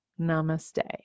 Namaste